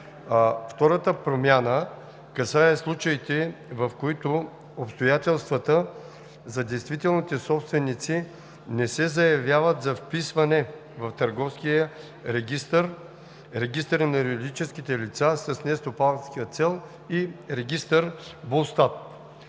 Втората промяна касае случаите, в които обстоятелствата за действителните собственици не се заявяват за вписване в Търговския регистър, регистъра на юридическите лица с нестопанска цел и регистър БУЛСТАТ.